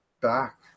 back